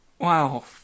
Wow